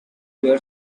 your